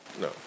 no